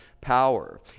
power